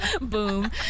boom